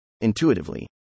intuitively